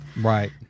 Right